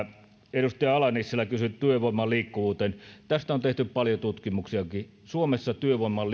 edustaja ala nissilä kysyi työvoiman liikkuvuudesta tästä on tehty paljon tutkimuksiakin suomessa työvoiman